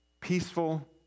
peaceful